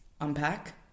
unpack